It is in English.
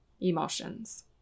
emotions